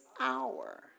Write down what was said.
hour